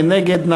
מי נגד?